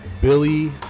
Billy